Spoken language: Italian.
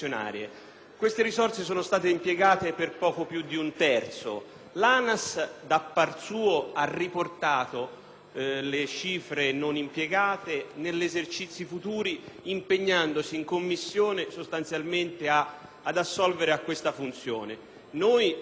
da par suo, ha riportato le cifre non impiegate negli esercizi futuri impegnandosi in Commissione sostanzialmente ad assolvere a questa funzione. Noi chiaramente ne chiederemo in finanziaria la destinazione ad altre autorità di vigilanza che non hanno potuto